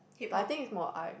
but I think is more I